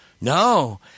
no